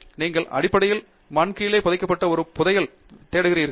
நீங்கள் அடிப்படையில் மண் கீழே புதைக்கப்பட்ட ஒரு புதையலை வேட்டையாடுகிறீர்கள்